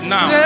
Now